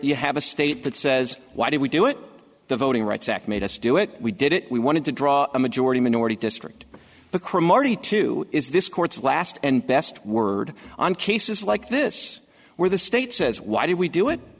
you have a state that says why do we do it the voting rights act made us do it we did it we wanted to draw a majority minority district because to is this court's last and best word on cases like this where the state says why do we do it